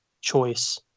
choice